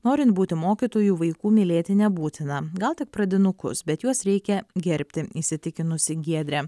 norint būti mokytojų vaikų mylėti nebūtina gal tik pradinukus bet juos reikia gerbti įsitikinusi giedrė